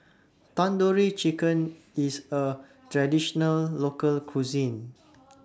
Tandoori Chicken IS A Traditional Local Cuisine